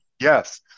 yes